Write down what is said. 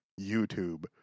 youtube